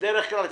בדרך כלל,